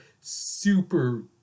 super